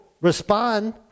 respond